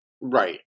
right